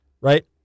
right